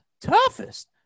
toughest